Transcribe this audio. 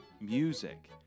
music